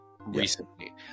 recently